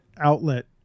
outlet